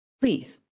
Please